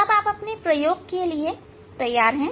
अब आप लगभग प्रयोग के लिए तैयार हैं